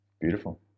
Beautiful